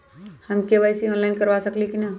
हम KYC online करवा सकली ह कि न?